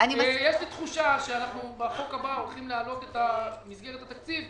-- יש לי תחושה שבחוק הבא אנחנו הולכים להעלות את מסגרת התקציב,